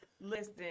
listen